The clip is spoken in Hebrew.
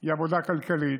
היא עבודה כלכלית,